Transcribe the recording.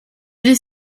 les